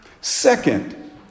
Second